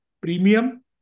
premium